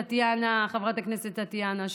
חברת הכנסת טטיאנה,